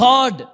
God